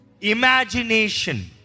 Imagination